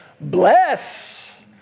bless